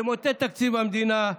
ימוטט את תקציב המדינה.